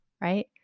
right